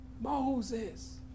Moses